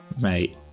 mate